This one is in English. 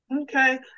Okay